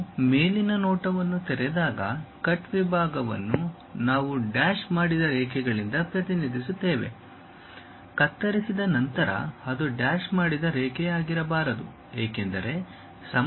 ನಾವು ಮೇಲಿನ ನೋಟವನ್ನು ತೆರೆದಾಗ ಕಟ್ ವಿಭಾಗವನ್ನು ನಾವು ಡ್ಯಾಶ್ ಮಾಡಿದ ರೇಖೆಗಳಿಂದ ಪ್ರತಿನಿಧಿಸುತ್ತೇವೆ ಕತ್ತರಿಸಿದ ನಂತರ ಅದು ಡ್ಯಾಶ್ ಮಾಡಿದ ರೇಖೆಯಾಗಿರಬಾರದು ಏಕೆಂದರೆ ಸಮತಲವು ಅದರ ಮೂಲಕ ಹಾದುಹೋಗುತ್ತದೆ